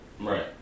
Right